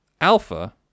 Alpha